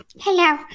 Hello